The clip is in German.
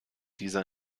dieser